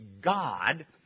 God